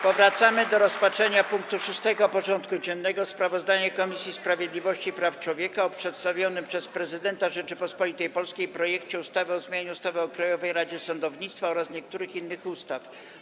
Powracamy do rozpatrzenia punktu 6. porządku dziennego: Sprawozdanie Komisji Sprawiedliwości i Praw Człowieka o przedstawionym przez Prezydenta Rzeczypospolitej Polskiej projekcie ustawy o zmianie ustawy o Krajowej Radzie Sądownictwa oraz niektórych innych ustaw.